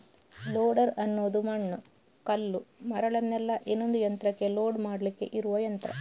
loader ಅನ್ನುದು ಮಣ್ಣು, ಕಲ್ಲು, ಮರಳನ್ನೆಲ್ಲ ಇನ್ನೊಂದು ಯಂತ್ರಕ್ಕೆ ಲೋಡ್ ಮಾಡ್ಲಿಕ್ಕೆ ಇರುವ ಯಂತ್ರ